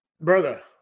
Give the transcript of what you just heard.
brother